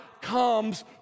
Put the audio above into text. comes